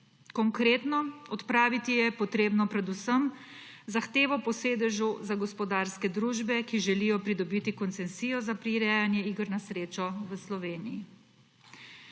Konkretno, odpraviti je potrebno predvsem zahtevo po sedežu za gospodarske družbe, ki želijo pridobiti koncesijo za prirejanje iger na srečo v Sloveniji.